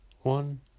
one